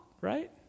right